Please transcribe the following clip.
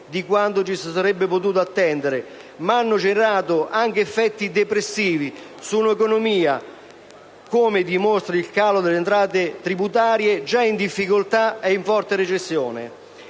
di quanto ci si sarebbe potuto attendere), ma hanno generato anche effetti depressivi sull'economia, come dimostra il calo delle entrate tributarie già in difficoltà e in forte recessione.